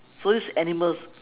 so this animals